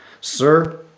Sir